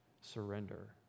surrender